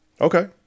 okay